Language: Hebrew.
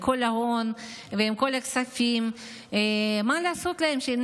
עם כל ההון ועם כל הכספים מה לעשות להם שהם